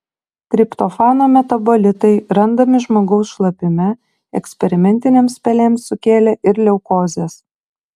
triptofano metabolitai randami žmogaus šlapime eksperimentinėms pelėms sukėlė ir leukozes